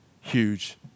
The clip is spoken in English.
huge